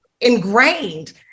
ingrained